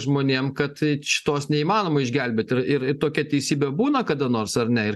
žmonėm kad šitos neįmanoma išgelbėti ir ir tokia teisybė būna kada nors ar ne ir